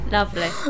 Lovely